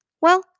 Well